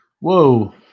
Whoa